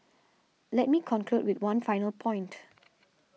let me conclude with one final point